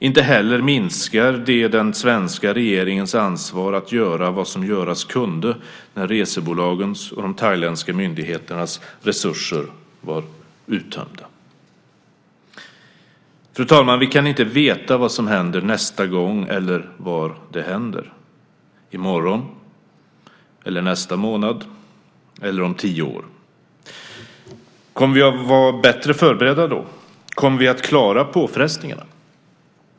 Inte heller minskar det den svenska regeringens ansvar att göra vad som göras kunde när resebolagens och de thailändska myndigheternas resurser var uttömda. Fru talman! Vi kan inte veta vad som händer nästa gång eller var det händer - i morgon, nästa månad eller om tio år. Kommer vi att vara bättre förberedda då? Kommer vi att klara påfrestningarna?